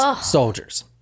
soldiers